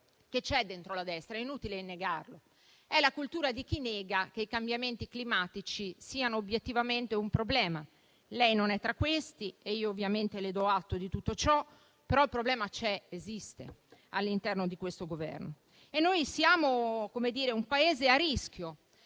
imperante dentro la destra ed è inutile negarlo: è la cultura di chi nega che i cambiamenti climatici siano obiettivamente un problema. Lei non è tra questi ed io ovviamente le do atto di tutto ciò, però il problema esiste all'interno di questo Governo. Siamo un Paese a forte rischio,